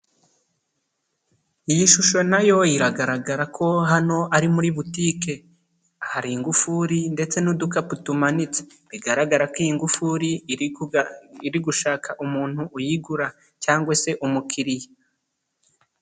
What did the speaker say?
Iyi shusho nayo iragaragara ko hano ari muri butike. Hari ingufuri ndetse n'udukapu tumanitse. Bigaragara ko iyi ngufuri iri gushaka umuntu uyigura cyangwa se umukiriya.